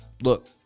Look